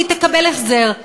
והיא תקבל החזר.